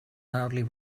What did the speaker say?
loudly